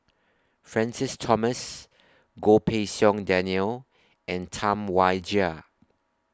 Francis Thomas Goh Pei Siong Daniel and Tam Wai Jia